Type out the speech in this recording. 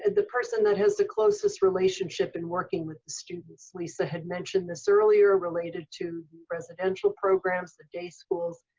and the person that has the closest relationship in working with the students. lisa had mentioned this earlier related to the residential programs, the day schools.